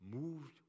moved